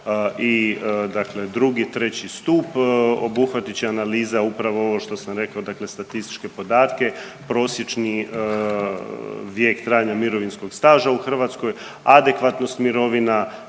i 2. i 3. stup obuhvatit će analiza upravo ovo što sam rekao dakle statističke podatke, prosječni vijek trajanja mirovinskog staža u Hrvatskoj, adekvatnost mirovina,